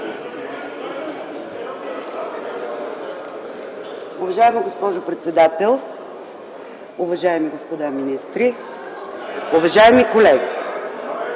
Уважаема госпожо председател, уважаеми господа министри, уважаеми колеги!